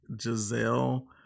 Giselle